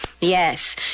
Yes